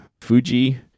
Fuji